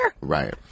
Right